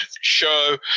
show